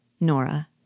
Nora